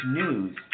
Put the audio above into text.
news